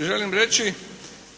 želim reći